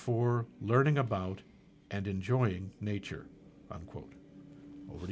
for learning about and enjoying nature unquote